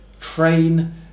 train